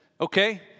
okay